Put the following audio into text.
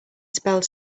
spelled